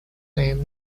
name